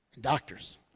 doctors